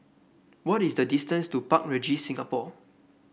what is the distance to Park Regis Singapore